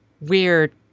weird